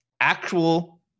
actual